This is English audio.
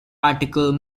article